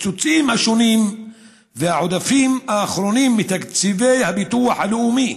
הקיצוצים השונים והעודפים האחרונים מתקציבי הביטוח הלאומי,